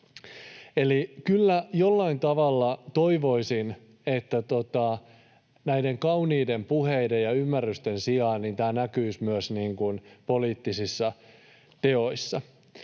Eli kyllä jollain tavalla toivoisin, että näiden kauniiden puheiden ja ymmärrysten sijaan tämä näkyisi myös poliittisissa teoissa.